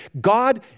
God